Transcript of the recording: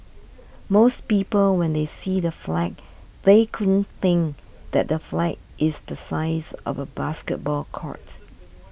most people when they see the flag they couldn't think that the flag is the size of a basketball court